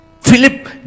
Philip